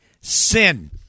sin